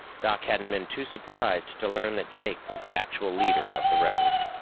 doc hadn't been too surprised to learn that jake was the actual leader of the rebels.